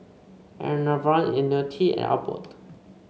Enervon IoniL T and Abbott